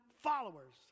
followers